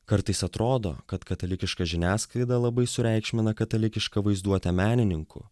kartais atrodo kad katalikiška žiniasklaida labai sureikšmina katalikišką vaizduotę menininkų